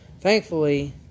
thankfully